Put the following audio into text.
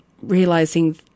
realizing